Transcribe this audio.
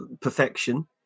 perfection